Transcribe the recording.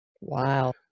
Wow